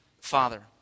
Father